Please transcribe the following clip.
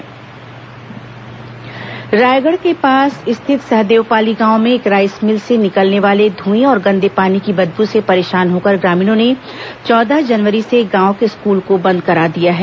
Raigarh school Raigarh के पास स्थित सहदेवपाली गांव में एक राईस मिल से निकलने वाले धुएं और गंदे पानी की बदबू से परेशान होकर ग्रामीणों ने चौदह जनवरी से गांव के स्कूल को बंद करा दिया है